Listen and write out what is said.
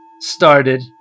started